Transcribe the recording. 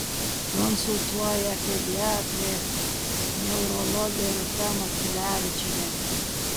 konsultuoja pediatrė neurologė rūta maciulevičienė